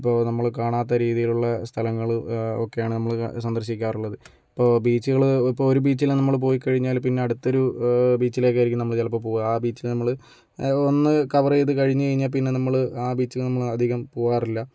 ഇപ്പോൾ നമ്മള് കാണാത്ത രീതിയിലുള്ള സ്ഥലങ്ങള് ഒക്കെയാണ് നമ്മള് സന്ദർശിക്കാറുള്ളത് ഇപ്പോൾ ബീച്ചുകൾ ഇപ്പോൾ ഒരു ബീച്ചില് നമ്മള് പോയി കഴിഞ്ഞാൽ പിന്നെ അടുത്തൊരു ബീച്ചലേക്ക് ആയിരിക്കും നമ്മള് ചിലപ്പോൾ പോകുക ആ ബീച്ചിൽ നമ്മള് ഒന്ന് കവർ ചെയ്ത് കഴിഞ്ഞ് കഴിഞ്ഞാൽ പിന്നെ നമ്മള് ആ ബീച്ചിൽ നമ്മൾ അധികം പോകാറില്ല